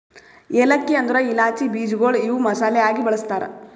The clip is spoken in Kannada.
ಏಲಕ್ಕಿ ಅಂದುರ್ ಇಲಾಚಿ ಬೀಜಗೊಳ್ ಇವು ಮಸಾಲೆ ಆಗಿ ಬಳ್ಸತಾರ್